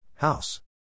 House